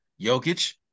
Jokic